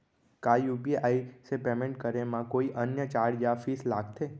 का यू.पी.आई से पेमेंट करे म कोई अन्य चार्ज या फीस लागथे?